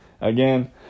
again